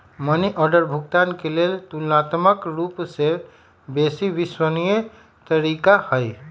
money order भुगतान के लेल ततुलनात्मक रूपसे बेशी विश्वसनीय तरीका हइ